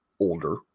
older